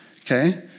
okay